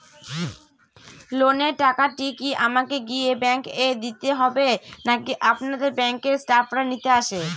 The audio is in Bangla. লোনের টাকাটি কি আমাকে গিয়ে ব্যাংক এ দিতে হবে নাকি আপনাদের ব্যাংক এর স্টাফরা নিতে আসে?